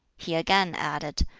he again added.